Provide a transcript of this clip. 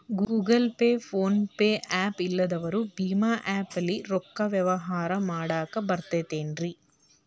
Google pay, phone pay app ಇಲ್ಲದವರು ಭೇಮಾ app ಲೇ ರೊಕ್ಕದ ವ್ಯವಹಾರ ಮಾಡಾಕ್ ಬರತೈತೇನ್ರೇ?